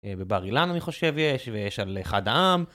בבר אילן, אני חושב, יש, ויש על אחד העם.